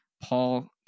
Paul